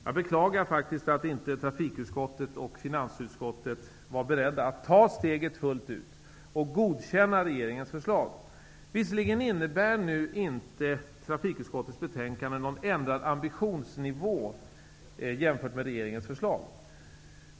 Jag beklagar faktiskt att inte trafikutskottet och finansutskottet var beredda att ta steget fullt ut och godkänna regeringens förslag. Visserligen innebär inte trafikutskottets betänkande någon ändrad ambitionsnivå jämfört med regeringens förslag.